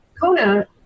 Kona